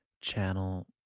channel